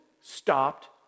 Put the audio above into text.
stopped